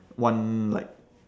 one like